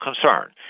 concern